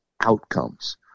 outcomes